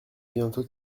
bientôt